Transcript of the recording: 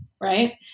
right